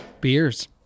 beers